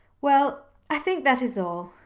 well, i think that is all.